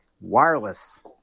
wireless